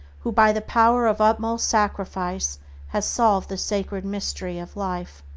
who by the power of utmost sacrifice has solved the sacred mystery of life.